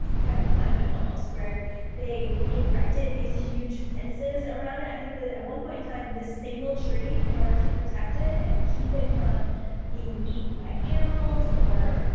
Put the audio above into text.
kind of monument almost. where they erected these huge fences around it. i think that one point in time this single tree, in order to protect it, and keep it from being eaten by animals, or